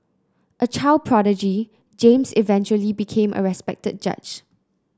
a child prodigy James eventually became a respected judge